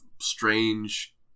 strange